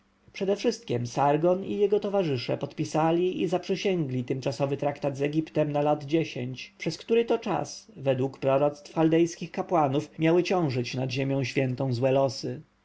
przedewszystkiem sargon i jego towarzysze podpisali i zaprzysięgli tymczasowy traktat z egiptem na lat dziesięć przez który to czas według proroctw chaldejskich kapłanów miały ciążyć nad ziemią świętą złe losy